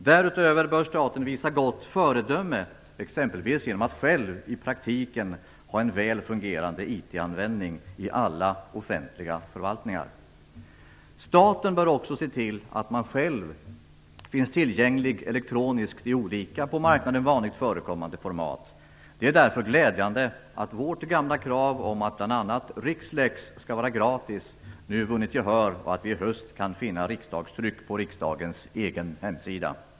Därutöver bör staten visa gott föredöme, exempelvis genom att i praktiken ha en väl fungerande IT användning i alla offentliga förvaltningar. Staten bör också se till att man finns tillgänglig elektroniskt i olika på marknaden vanligt förekommande format. Det är därför glädjande att vårt gamla krav om att bl.a. Rixlex skall vara gratis nu vunnit gehör och att vi i höst kan finna riksdagstryck på riksdagens egen hemsida.